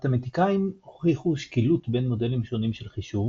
מתמטיקאים הוכיחו שקילות בין מודלים שונים של חישוב